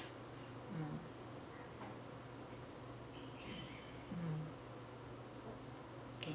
mm mm K